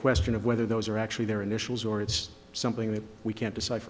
question of whether those are actually their initials or it's something that we can't deci